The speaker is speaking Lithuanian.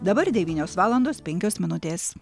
dabar devynios valandos penkios minutės